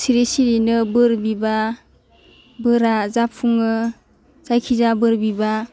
सिरि सिरियैनो बोर बिबा बोरा जाफुङो जायखिजाया बोर बिबा